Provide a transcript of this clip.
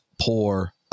poor